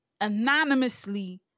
Anonymously